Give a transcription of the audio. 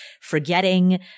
forgetting